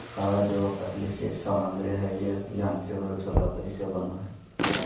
कागज एगो पतली शीट सामग्री हइ जो यांत्रिक रूप से लकड़ी से बनो हइ